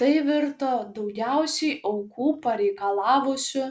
tai virto daugiausiai aukų pareikalavusiu